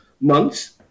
months